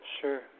sure